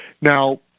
Now